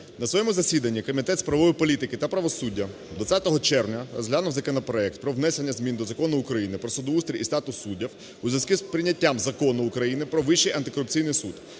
На своєму засіданні Комітет з правової політики та правосуддя 20 червня розглянув законопроект про внесення змін до Закону України "Про судоустрій і статус суддів" в зв'язку з прийняттям Закону України "Про Вищий антикорупційний суд"